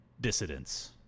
dissidents